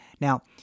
Now